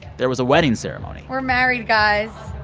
there was a wedding ceremony we're married, guys.